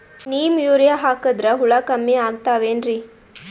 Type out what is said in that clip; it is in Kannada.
ನೀಮ್ ಯೂರಿಯ ಹಾಕದ್ರ ಹುಳ ಕಮ್ಮಿ ಆಗತಾವೇನರಿ?